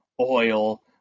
Oil